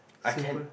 I can